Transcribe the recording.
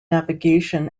navigation